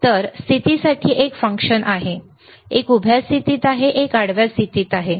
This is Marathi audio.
तर स्थितीसाठी एक फंक्शन आहे एक उभ्या स्थितीत आहे एक आडव्या स्थिती आहे